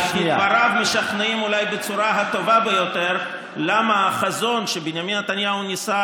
אני חושב שאין דוגמה יותר מוצלחת להצלחה של בנימין נתניהו,